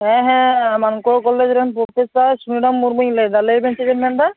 ᱦᱮᱸ ᱦᱮᱸ ᱢᱟᱱᱠᱚᱲ ᱠᱚᱞᱮᱡᱽᱨᱮᱱ ᱯᱨᱚᱯᱷᱮᱥᱟᱨ ᱥᱩᱱᱤᱨᱟᱢ ᱢᱩᱨᱢᱩᱧ ᱞᱟᱹᱭ ᱮᱫᱟ ᱞᱟᱹᱭᱵᱮᱱ ᱪᱮᱫᱽ ᱵᱮᱱ ᱢᱮᱱ ᱮᱫᱟ